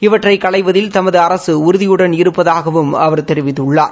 இவற்றை களைவதில் தமது அரசு உறுதியுடன் இருப்பதாகவும் அவர் தெரிவித்துள்ளார்